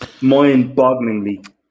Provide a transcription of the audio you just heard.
mind-bogglingly